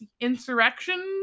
insurrection